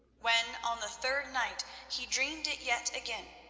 when on the third night he dreamed it yet again,